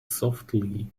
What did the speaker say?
softly